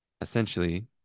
Essentially